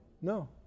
No